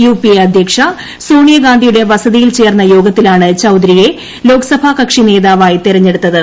UPA ൃ ്അധ്യ്ക്ഷ സോണിയ ഗാന്ധിയുടെ വസതിയിൽ ചേർന്ന യോഗ്ത്തിലാണ് ചൌധരിയെ ലോക്സഭ കക്ഷി നേതാവായി തെരഞ്ഞെടുത്ത്ത്